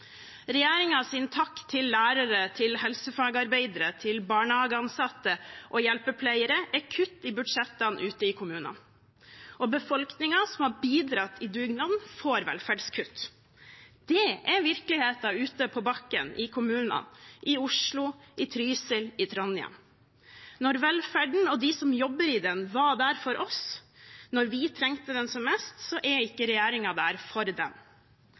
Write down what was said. takk til lærere, til helsefagarbeidere, til barnehageansatte og til hjelpepleiere er kutt i budsjettene ute i kommunene, og befolkningen som har bidratt i dugnaden, får velferdskutt. Det er virkeligheten ute, på bakken, i kommunene – i Oslo, i Trysil, i Trondheim. De som jobber i velferden, var der for oss da vi trengte dem som mest, men regjeringen er ikke der for dem.